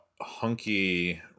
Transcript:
hunky